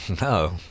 No